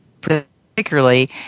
particularly